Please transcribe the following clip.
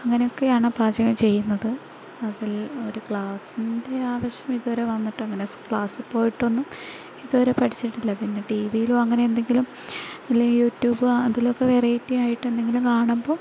അങ്ങനെയൊക്കെയാണ് പാചകം ചെയ്യുന്നത് അതിൽ ഒരു ക്ലാസ്സിൻ്റെ ആവശ്യം ഇതുവരെ വന്നിട്ടങ്ങനെ ക്ലാസ്സ് പോയിട്ടൊന്നും ഇതുവരെ പഠിച്ചിട്ടില്ല പിന്നെ ടി വിയിലും അങ്ങനെയെന്തെങ്കിലും പിന്നെ യൂട്യൂബ് അതിലൊക്കെ വെറൈറ്റി ആയിട്ടെന്തെങ്കിലും കാണുമ്പോൾ